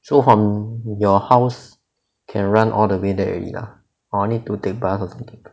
so from your house can run all the way there already lah or need to take bus or something